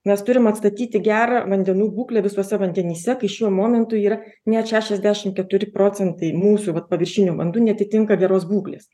mes turim atstatyti gerą vandenų būklę visuose vandenyse kai šiuo momentu yra net šešiasdešimt keturi procentai mūsų vat paviršinių vandų neatitinka geros būklės